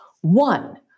One